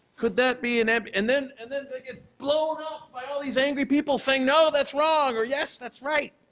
could that be, and and then and then they get blown up by all these angry people saying, no that's wrong or yes, that's right.